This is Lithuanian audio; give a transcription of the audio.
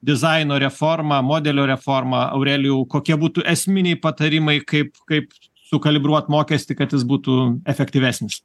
dizaino reformą modelio reformą aurelijau kokie būtų esminiai patarimai kaip kaip sukalibruot mokestį kad jis būtų efektyvesnis